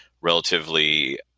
relatively